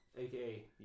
aka